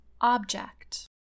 object